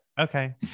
Okay